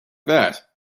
that